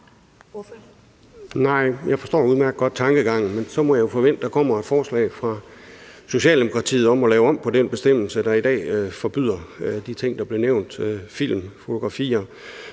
Nej, jeg forstår udmærket godt tankegangen, men så må jeg jo forvente, at der kommer et forslag fra Socialdemokratiet om at lave om på den bestemmelse, der i dag forbyder de ting, der blev nævnt – film, fotografier,